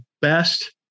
best